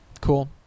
cool